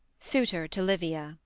suitor to livia.